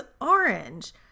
orange